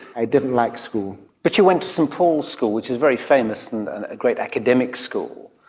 i didn't like school. but you went to st paul's school, which is very famous and a great academic school,